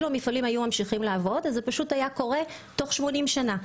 אם המפעלים ממשיכים לעבוד אז זה קורה תוך 80 שנים.